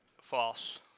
False